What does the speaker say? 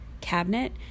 cabinet